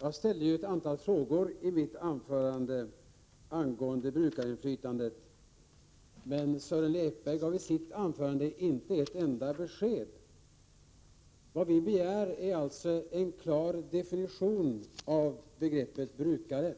Jag ställde ett antal frågor i mitt anförande angående brukarinflytandet, men Sören Lekberg gav i sitt anförande inte ett enda besked. Vad vi begär är alltså en klar definition av begreppet brukare.